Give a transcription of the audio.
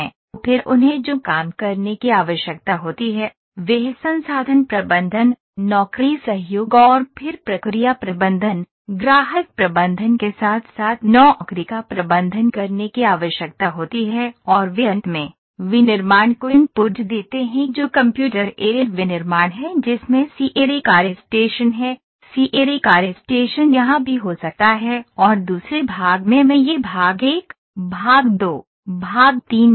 फिर उन्हें जो काम करने की आवश्यकता होती है वह संसाधन प्रबंधन नौकरी सहयोग और फिर प्रक्रिया प्रबंधन ग्राहक प्रबंधन के साथ साथ नौकरी का प्रबंधन करने की आवश्यकता होती है और वे अंत में विनिर्माण को इनपुट देते हैं जो कंप्यूटर एडेड विनिर्माण है जिसमें सीएडी कार्य स्टेशन है सीएडी कार्य स्टेशन यहां भी हो सकता है और दूसरे भाग में मैं यह भाग एक भाग दो भाग तीन डालूंगा